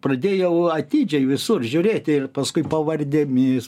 pradėjau atidžiai visur žiūrėti ir paskui pavardėmis